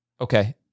Okay